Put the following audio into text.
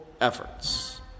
efforts